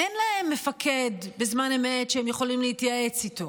אין להם מפקד בזמן אמת שהם יכולים להתייעץ איתו,